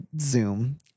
Zoom